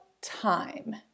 time